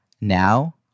Now